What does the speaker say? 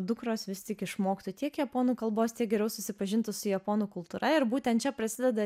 dukros vis tik išmoktų tiek japonų kalbos tiek geriau susipažintų su japonų kultūra ir būtent čia prasideda